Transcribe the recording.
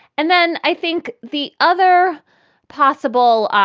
and then i think the other possible